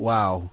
Wow